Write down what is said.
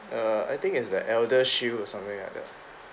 err I think is the ElderShield or something like